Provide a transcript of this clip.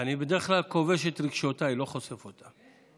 אני בדרך כלל כובש את רגשותיי, לא חושף אותם.